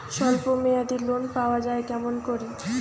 স্বল্প মেয়াদি লোন পাওয়া যায় কেমন করি?